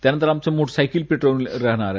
त्यानंतर आमचं motorcycle patrolling राहणार आहे